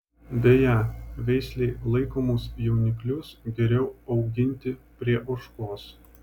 beje veislei laikomus jauniklius geriau auginti prie ožkos